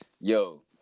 Yo